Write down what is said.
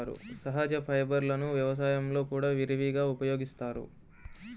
సహజ ఫైబర్లను వ్యవసాయంలో కూడా విరివిగా ఉపయోగిస్తారు